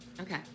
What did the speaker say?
Okay